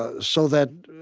ah so that